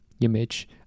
image